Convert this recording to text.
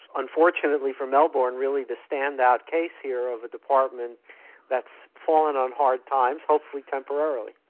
unfortunately for melbourne really, the stand-out case here of a department that's fallen on hard times, hopefully temporarily.